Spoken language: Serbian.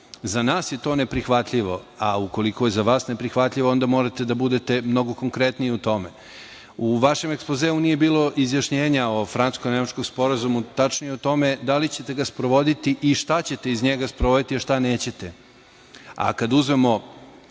nas je to neprihvatljivo, a ukoliko je za vas neprihvatljivo onda morate da budete mnogo konkretniji u tome.U vašem ekspozeu nije bilo izjašnjenja o francusko-nemačkom sporazumu, tačnije o tome da li ćete ga sprovoditi i šta ćete iz njega sprovoditi, a šta nećete. Kada